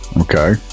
Okay